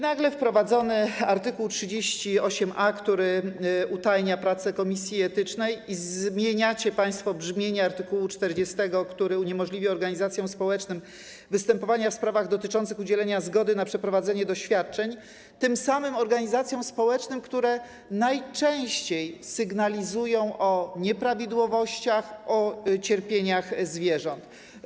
Nagle zostaje wprowadzony art. 38a, który utajnia pracę komisji etycznej, i zmieniacie państwo brzmienie art. 40, który uniemożliwia organizacjom społecznym występowanie w sprawach dotyczących udzielenia zgody na przeprowadzenie doświadczeń tym samym organizacjom społecznym, które najczęściej sygnalizują o nieprawidłowościach, o cierpieniach zwierząt.